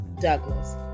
Douglas